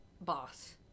boss